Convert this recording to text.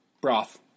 Broth